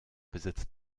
besitzt